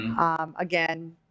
Again